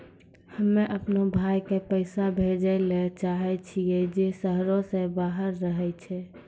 हम्मे अपनो भाय के पैसा भेजै ले चाहै छियै जे शहरो से बाहर रहै छै